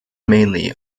mainly